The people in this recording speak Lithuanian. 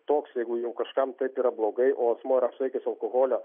toks jeigu jau kažkam taip yra blogai o asmuo yra apsvaigęs alkoholio